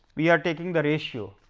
we are taking the ratio,